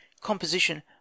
composition